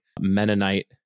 Mennonite